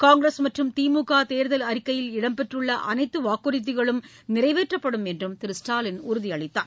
காங்கிரஸ் மற்றும் திமுகதேர்தல் அறிக்கையில் இடம்பெற்றுள்ளஅனைத்துவாக்குறுதிகளும் நிறைவேற்றப்படும் என்றும் திரு ஸ்டாலின் உறுதிஅளித்தார்